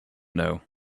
know